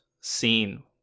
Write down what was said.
seen